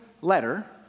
letter